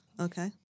Okay